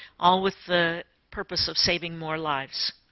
all with the purpose of saving more lives.